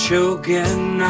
Choking